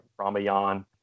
Ramayan